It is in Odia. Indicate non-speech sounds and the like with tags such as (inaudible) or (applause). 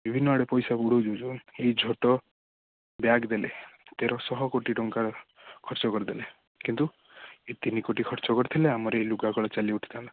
ବିଭିନ୍ନ ଆଡ଼େ ପଇସା (unintelligible) ଏଇ ଝୋଟ ବ୍ୟାଗ୍ ଦେଲେ ତେରଶହ କୋଟି ଟଙ୍କା ଖର୍ଚ୍ଚ କରିଦେଲେ କିନ୍ତୁ ଏ ତିନି କୋଟି ଖର୍ଚ୍ଚ କରିଥିଲେ ଆମର ଏ ଲୁଗା କଳ ଚାଲି ଉଠିଥାନ୍ତା